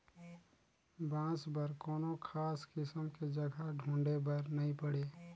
बांस बर कोनो खास किसम के जघा ढूंढे बर नई पड़े